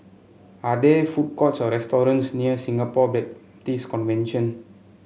are there food courts or restaurants near Singapore Baptist Convention